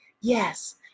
yes